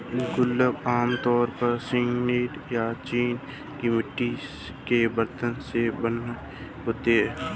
गुल्लक आमतौर पर सिरेमिक या चीनी मिट्टी के बरतन से बने होते हैं